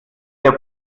der